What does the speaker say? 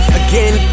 again